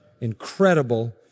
incredible